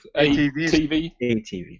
ATV